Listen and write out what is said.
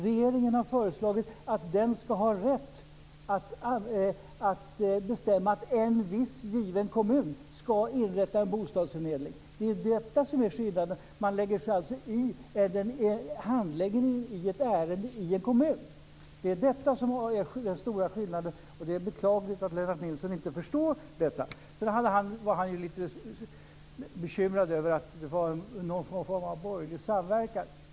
Regeringen har föreslagit att den ska ha rätt att bestämma att en viss given kommun ska inrätta en bostadsförmedling. Det är detta som är skillnaden. Man lägger sig alltså i handläggningen av ett ärende i en kommun. Det är detta som är den stora skillnaden. Det är beklagligt att Lennart Nilsson inte förstår detta. Han var lite bekymrad över att det var någon form av borgerlig samverkan.